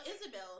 Isabel